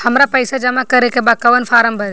हमरा पइसा जमा करेके बा कवन फारम भरी?